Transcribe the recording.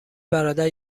برادر